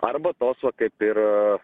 arba toks va kaip ir